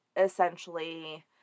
essentially